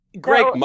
Greg